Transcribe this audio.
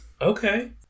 Okay